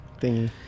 thingy